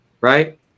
right